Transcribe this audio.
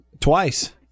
Twice